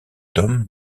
tome